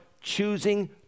Choosing